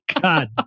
God